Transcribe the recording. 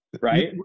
right